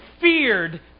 feared